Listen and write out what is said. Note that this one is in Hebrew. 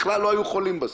בכלל לא היו חולים בסוף.